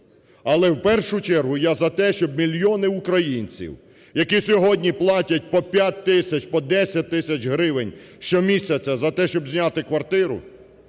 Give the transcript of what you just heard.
але, в першу чергу, я за те, щоб мільйони українців, які сьогодні платять по 5 тисяч, по 10 тисяч гривень щомісяця за те, щоб зняти квартиру,